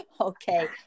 Okay